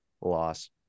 loss